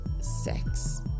sex